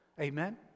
Amen